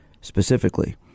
specifically